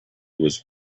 was